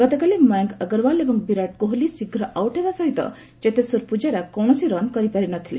ଗତକାଲି ମୟଙ୍କ ଅଗ୍ରୱାଲ୍ ଏବଂ ବିରାଟ୍ କୋହଲି ଶୀଘ୍ର ଆଉଟ୍ ହେବା ସହିତ ଚେତେଶ୍ୱର ପ୍ରଜାରା କୌଣସି ରନ୍ କରିପାରିନଥିଲେ